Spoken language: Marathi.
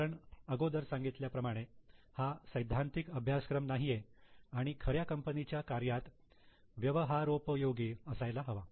कारण अगोदर सांगितल्या प्रमाणे हा सैद्धांतिक अभ्यासक्रम नाहीये आणि खऱ्या कंपनीच्या कार्यात व्यवहारोपयोगी असायला हवा